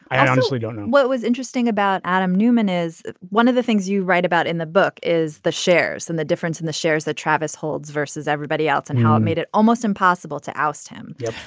i honestly don't know what was interesting about adam newman is one of the things you write about in the book is the shares and the difference in the shares that travis holds versus everybody else and how it made it almost impossible to oust him. yeah.